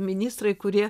ministrai kurie